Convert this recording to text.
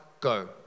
go